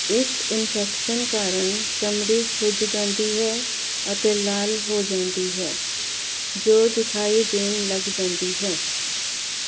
ਇਸ ਇਨਫੈਕਸ਼ਨ ਕਾਰਨ ਚਮੜੀ ਸੁੱਜ ਜਾਂਦੀ ਹੈ ਅਤੇ ਲਾਲ ਹੋ ਜਾਂਦੀ ਹੈ ਜੋ ਦਿਖਾਈ ਦੇਣ ਲੱਗ ਜਾਂਦੀ ਹੈ